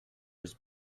his